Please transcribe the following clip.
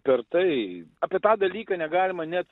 per tai apie tą dalyką negalima net